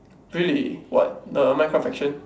really what the minecraft action